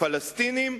הפלסטינים,